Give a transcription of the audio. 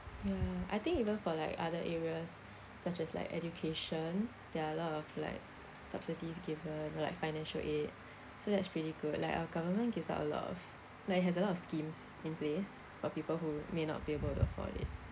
ya I think even for like other areas such as like education there are a lot of like subsidies given like financial aid so that's pretty good like our government gives out a lot of like has a lot of schemes in place for people who may not be able to afford it